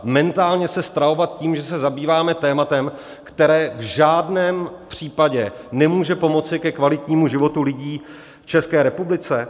Mentálně se stravovat tím, že se zabýváme tématem, které v žádném případě nemůže pomoci ke kvalitnímu životu lidí v České republice?